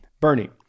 Bernie